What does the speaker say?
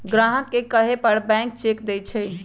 ग्राहक के कहे पर बैंक चेक देई छई